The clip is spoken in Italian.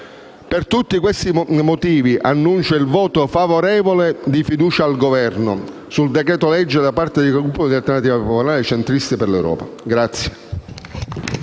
Per tutti questi motivi annuncio il voto favorevole di fiducia al Governo sul decreto-legge da parte del Gruppo Alternativa Popolare - Centristi per l'Europa.